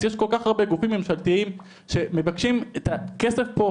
יש כל כך הרבה גופים ממשלתיים שמבקשים את הכסף פה,